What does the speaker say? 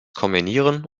kombinieren